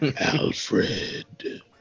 Alfred